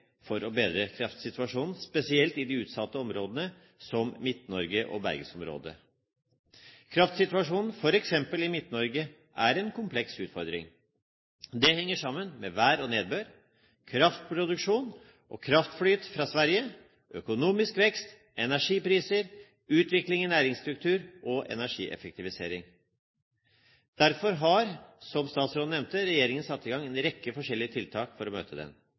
for å bedre kraftsituasjonen, spesielt i de utsatte områdene, som Midt-Norge og bergensområdet. Kraftsituasjonen i f.eks. Midt-Norge er en kompleks utfordring. Det henger sammen med vær og nedbør, kraftproduksjon og kraftflyt fra Sverige, økonomisk vekst, energipriser, utvikling i næringsstruktur og energieffektivisering. Derfor har regjeringen, som statsråden nevnte, satt i gang en rekke forskjellige tiltak for å møte